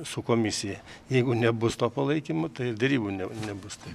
su komisija jeigu nebus to palaikymo tai derybų ne nebus tai